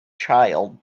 child